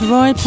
Roy